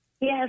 Yes